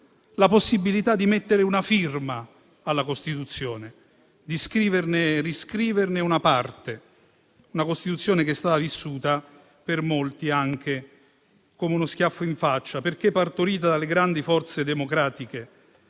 la possibilità di mettere una firma alla Costituzione, di riscriverne una parte. Una Costituzione che è stata vissuta, per alcuni, anche come uno schiaffo in faccia, perché partorita dalle grandi forze democratiche